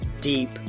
deep